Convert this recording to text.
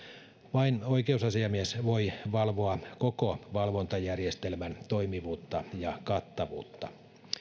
vain oikeusasiamies voi valvoa koko valvontajärjestelmän toimivuutta ja kattavuutta